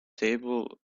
table